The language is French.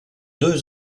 deux